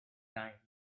time